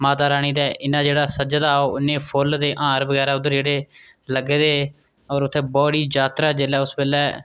माता रानी दे इन्ना जेह्ड़ा सज्जे दा ओह् इन्ने फुल्लें दे हार बगैरा उद्धर जेह्डे़ दे लग्गे दे होर उत्थें बड़ी जात्तरा जेल्लै उस बेल्लै